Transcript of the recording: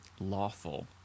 lawful